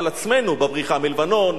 על עצמנו בבריחה מלבנון,